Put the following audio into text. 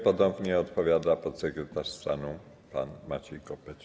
Ponownie odpowiada podsekretarz stanu pan Maciej Kopeć.